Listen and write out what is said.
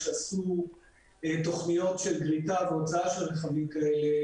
עשו תוכניות של גריטה והוצאה של רכבים כאלה.